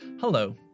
Hello